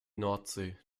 nordsee